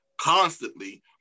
constantly